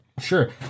sure